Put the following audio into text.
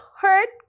hurt